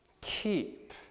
keep